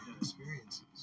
experiences